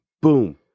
boom